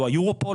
או Europol,